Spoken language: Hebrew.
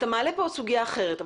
אתה מעלה סוגיה אחרת.